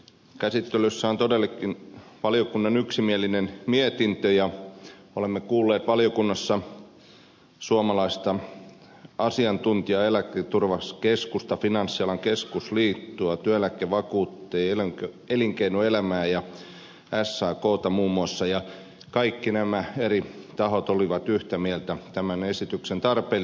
käsittelyssä on todellakin valiokunnan yksimielinen mietintö ja olemme kuulleet valiokunnassa suomalaisia asiantuntijoita eläketurvakeskusta finanssialan keskusliittoa työeläkevakuuttajia elinkeinoelämää ja sakta muun muassa ja kaikki nämä eri tahot olivat yhtä mieltä tämän esityksen tarpeellisuudesta